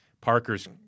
Parker's